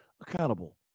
accountable